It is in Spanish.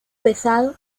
pesado